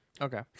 Okay